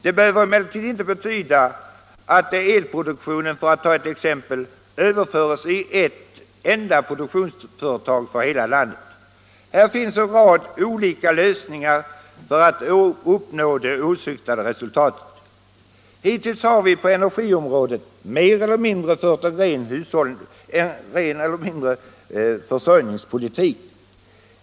Det behöver emellertid inte betyda att elproduktionen, för att ta ett exempel, överförs i ett produktionsföretag för hela landet. Här finns en rad olika lösningar för att uppnå det åsyftade resultatet. Hittills har vi på energiområdet mer eller mindre fört en ren försörjningspolitik.